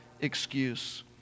excuse